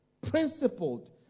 Principled